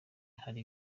hari